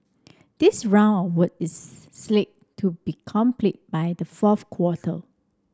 this round of is slate to be complete by the fourth quarter